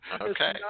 Okay